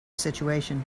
situation